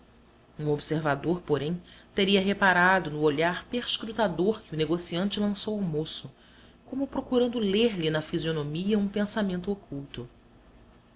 um observador porém teria reparado no olhar perscrutador que o negociante lançou ao moço como procurando ler lhe na fisionomia um pensamento oculto